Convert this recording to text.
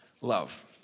Love